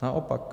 Naopak.